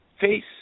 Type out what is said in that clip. Face